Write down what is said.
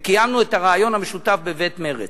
וקיימנו את הריאיון המשותף בבית מרצ.